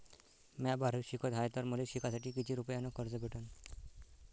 म्या बारावीत शिकत हाय तर मले शिकासाठी किती रुपयान कर्ज भेटन?